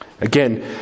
Again